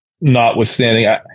notwithstanding